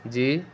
جی